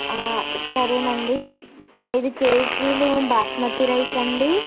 సరేనండీ అయిదు కేజీలు బాస్మతి రైస్ అండీ